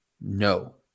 no